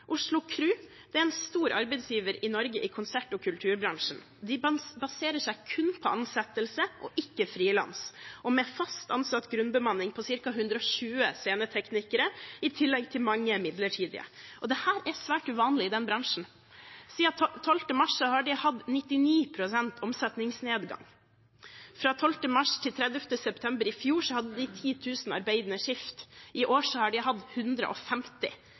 Oslo Kru er en stor arbeidsgiver i Norge i konsert- og kulturbransjen. De baserer seg kun på ansettelse og ikke frilans, med en fast ansatt grunnbemanning på ca. 120 sceneteknikere i tillegg til mange midlertidige. Dette er svært uvanlig i den bransjen. Siden 12. mars har de hatt 99 pst. omsetningsnedgang. Fra 12. mars til 30. september i fjor hadde de 10 000 arbeidende skift. I år har de hatt 150.